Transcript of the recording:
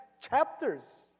chapters